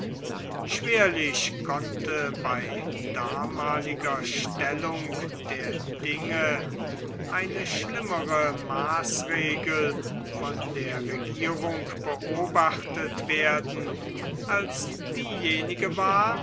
schwerlich konnte bei damaliger stellung der dinge eine schlimmere maßregel von der regierung beobachtet werden als diejenige war